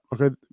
Okay